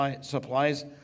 supplies